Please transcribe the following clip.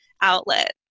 outlet